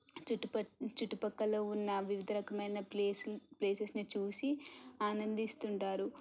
చుట్టుపట్ చుట్టుపక్కల ఉన్న వివిధ రకమైన ప్లేస్ ప్లేసెస్ని చూసి ఆనందిస్తుంటారు